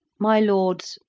my lords,